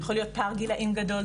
יכול להיות פער גילאים גדול,